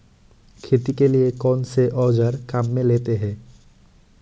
खेती के लिए कौनसे औज़ार काम में लेते हैं?